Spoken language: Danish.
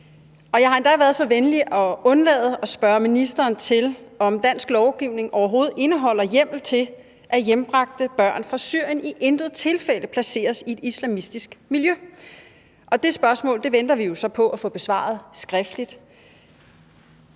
Jeg har endda været så venlig at undlade at spørge ministeren, om dansk lovgivning overhovedet indeholder hjemmel til, at hjembragte børn fra Syrien i intet tilfælde placeres i et islamistisk miljø. Det spørgsmål venter vi jo så på at få besvaret skriftligt.